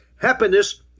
happiness